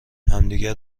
همدیگه